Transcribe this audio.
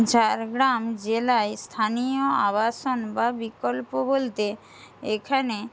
ঝাড়গ্রাম জেলায় স্থানীয় আবাসন বা বিকল্প বলতে এখানে